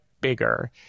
bigger